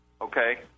Okay